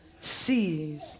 sees